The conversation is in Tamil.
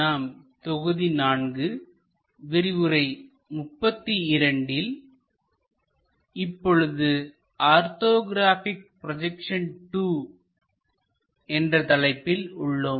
நாம் தொகுதி 4 விரிவுரை 32 ல் இப்போது ஆர்த்தோகிராபிக் ப்ரோஜெக்சன் II என்ற தலைப்பில் உள்ளோம்